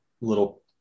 little